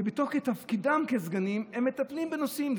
ובתוקף תפקידם כסגנים הם מטפלים בנושאים,